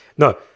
No